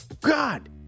God